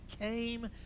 came